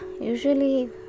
Usually